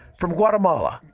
from guatemala,